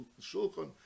shulchan